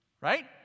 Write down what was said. Right